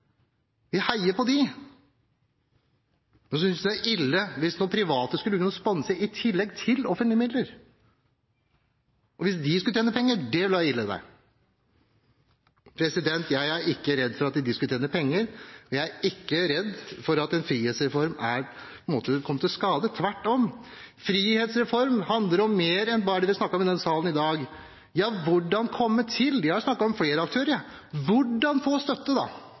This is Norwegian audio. Vi heier på dem. Så synes vi det er ille hvis noen private skulle begynne å sponse i tillegg til offentlige midler. Og hvis de skulle tjene penger – det ville være ille, det. Jeg er ikke redd for at de skal tjene penger, og jeg er ikke redd for at en frihetsreform kommer til å skade. Tvert imot, frihetsreform handler om mer enn bare det vi har snakket om i denne salen i dag. Hvordan komme til? Jeg har snakket om flere aktører, jeg. Hvordan få støtte, da?